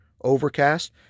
Overcast